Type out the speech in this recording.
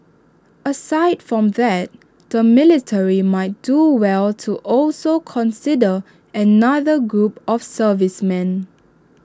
aside from that the military might do well to also consider another group of servicemen